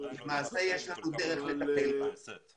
ולמעשה יש לנו דרך לטפל בנקודה הזאת.